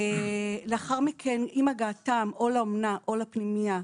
לאחר מכן, עם הגעתם או לאומנה, או לפנימייה,